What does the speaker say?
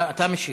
אתה משיב,